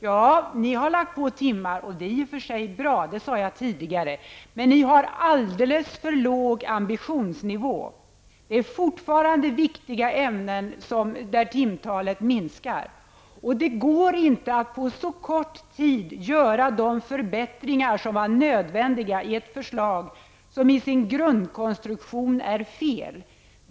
Ja, ni har lagt på timmar, och det är i och för sig bra, det sade jag tidigare. Men ni har alldeles för låg ambitionsnivå. Det är fortfarande viktiga ämnen där timtalet minskar. Det går inte att på så kort tid göra de förbättringar som är nödvändiga i ett förslag som i sin grundkonstruktion är fel.